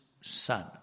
Son